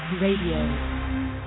radio